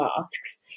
masks